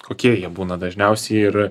kokie jie būna dažniausiai ir